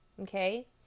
Okay